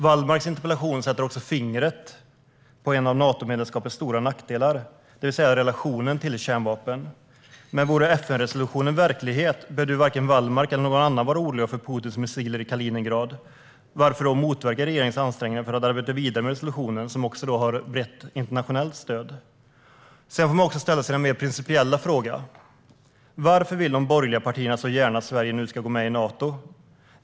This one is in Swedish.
Wallmarks interpellation sätter också fingret på en av Natomedlemskapets stora nackdelar, det vill säga relationen till kärnvapen. Men vore FN-resolutionen verklighet så behövde ju varken Wallmark eller någon annan vara orolig för Putins missiler i Kaliningrad. Varför då motverka regeringens ansträngningar för att arbeta vidare med resolutionen, som också har ett brett internationellt stöd? Sedan kan man också ställa sig den mer principiella frågan: Varför vill de borgerliga partierna så gärna att Sverige nu ska gå med i Nato?